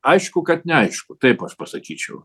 aišku kad neaišku taip aš pasakyčiau